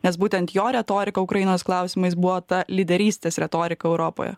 nes būtent jo retorika ukrainos klausimais buvo ta lyderystės retorika europoje